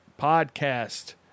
Podcast